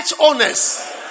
owners